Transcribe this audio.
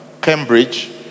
Cambridge